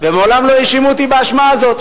ומעולם לא האשימו אותי באשמה הזאת.